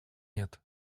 нет